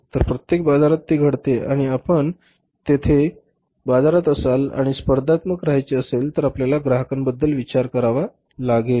तर प्रत्येक बाजारात ते घडते आणि आपण तेथे बाजारात असाल आणि स्पर्धात्मक रहायचे असेल तर आपल्याला ग्राहकांबद्दल विचार करावा लागेल